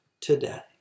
today